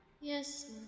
Yes